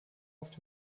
auf